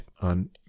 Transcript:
on